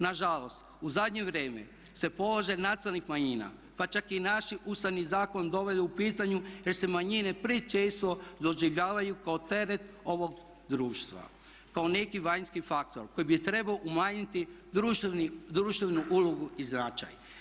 Na žalost u zadnje vrijeme se položaj nacionalnih manjina, pa čak i naš Ustavni zakon doveo u pitanje jer se manjine često doživljavaju kao teret ovog društva, kao neki vanjski faktor koji bi trebao umanjiti društvenu ulogu i značaj.